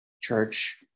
church